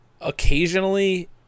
Occasionally